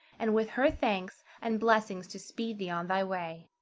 and with her thanks and blessing to speed thee on thy way.